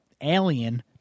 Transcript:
Alien